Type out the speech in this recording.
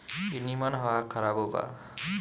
ई निमन ह आ खराबो बा